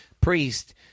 priest